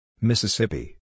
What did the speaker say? Mississippi